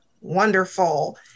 Wonderful